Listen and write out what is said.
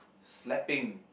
slapping